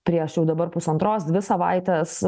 prieš jau dabar pusantros dvi savaites